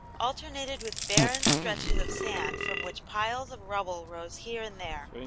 alternated with barren stretches of sand from which piles of rubble rose here and there,